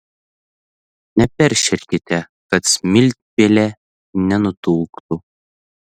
neperšerkite kad smiltpelė nenutuktų